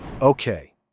okay